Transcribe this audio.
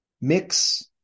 mix